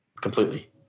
completely